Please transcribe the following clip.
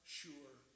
sure